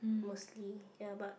mostly ya but